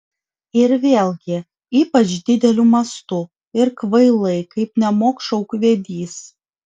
ir vėlgi ypač dideliu mastu ir kvailai kaip nemokša ūkvedys